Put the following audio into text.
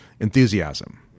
enthusiasm